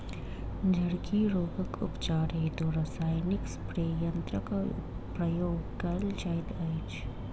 झड़की रोगक उपचार हेतु रसायनिक स्प्रे यन्त्रकक प्रयोग कयल जाइत अछि